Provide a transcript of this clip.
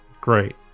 great